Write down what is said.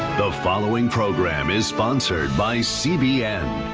the following program is sponsored by cbn.